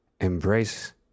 Embrace